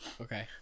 Okay